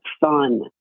fun